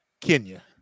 Kenya